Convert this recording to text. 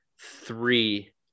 three